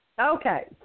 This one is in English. Okay